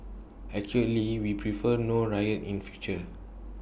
actually we prefer no riot in future